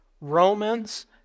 Romans